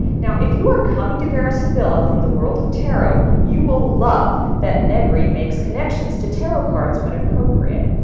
now if you are coming to vera sibilla from the world of tarot, you will love that negri makes connections to tarot cards when appropriate.